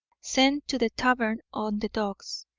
send to the tavern on the docks,